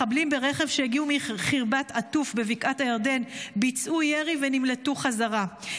מחבלים ברכב שהגיעו מחרבת עטוף בבקעת הירדן ביצעו ירי ונמלטו חזרה,